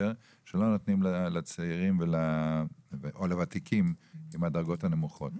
שלא נותנים לצעירים או לוותיקים עם הדרגות הנמוכות.